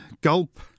gulp